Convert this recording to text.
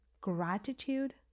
gratitude